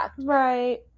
Right